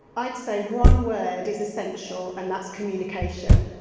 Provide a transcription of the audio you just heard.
i'd say one word is essential and that's communication.